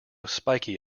spiky